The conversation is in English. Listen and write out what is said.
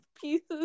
pieces